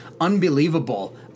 unbelievable